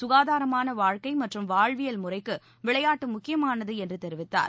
சுகாதாரமான வாழ்க்கை மற்றும் வாழ்வியல் முறைக்கு விளையாட்டு முக்கியமானது என்று தெரிவித்தார்